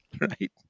Right